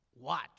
watch